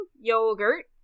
yogurt